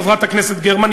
חברת הכנסת גרמן,